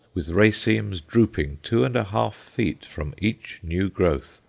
with racemes drooping two and a half feet from each new growth,